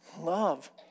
Love